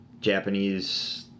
Japanese